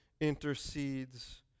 intercedes